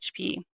HP